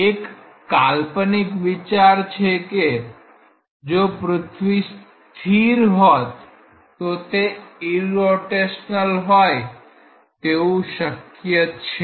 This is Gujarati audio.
એક કાલ્પનિક વિચાર છે કે જો પૃથ્વી સ્થિર હોત તો તે ઈરરોટેશનલ હોય તેવું શક્ય છે